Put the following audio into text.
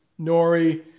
Nori